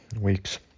weeks